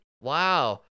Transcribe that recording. Wow